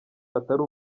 atari